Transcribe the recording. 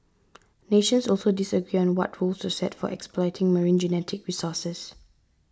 nations also disagree on what rules to set for exploiting marine genetic resources